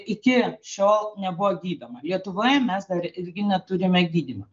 iki šiol nebuvo gydoma lietuvoje mes dar irgi neturime gydymo